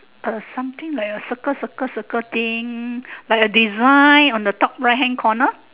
uh something like a circle circle circle thing like a design on the top right hand corner